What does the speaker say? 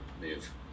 move